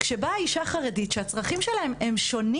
כשבאה אישה חרדית שהצרכים שלה שונים